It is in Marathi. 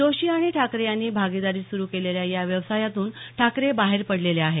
जोशी आणि ठाकरे यांनी भागीदारीत सुरू केलेल्या या व्यवसायातून ठाकरे बाहेर पडलेले आहेत